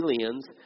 aliens